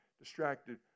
distracted